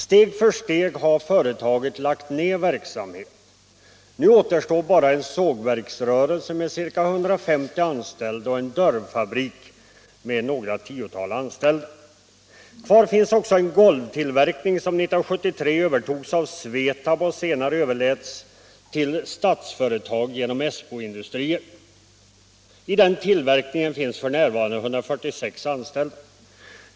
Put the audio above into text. Steg för steg har företaget lagt ned verksamhet. Nu återstår bara en sågverksrörelse med ca 150 anställda och en dörrfabrik med några tiotal anställda. Kvar finns också en golvtillverkning som 1973 övertogs av SVETAB och senare överläts till Statsföretag genom ESSBO-industrier. I den tillverkningen finns f.n. 146 anställda.